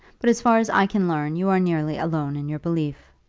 but as far as i can learn you are nearly alone in your belief.